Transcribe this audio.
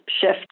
shift